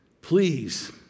please